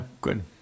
good